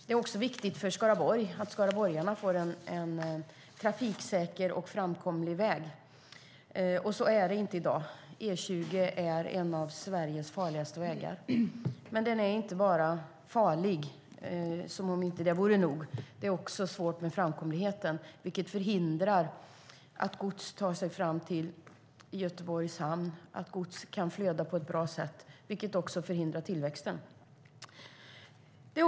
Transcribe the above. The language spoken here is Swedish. Det är också viktigt för Skaraborg att skaraborgarna får en trafiksäker och framkomlig väg, och så är det inte i dag. Den är inte bara farlig, som om inte det vore nog, utan det är också svårt med framkomligheten, vilket förhindrar gods att ta sig fram till Göteborgs hamn, att gods kan flöda på ett bra sätt, vilket också förhindrar tillväxten.